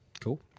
cool